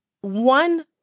one